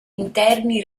interni